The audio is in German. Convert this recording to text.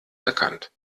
erkannt